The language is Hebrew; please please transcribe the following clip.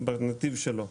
בנתיב שלו,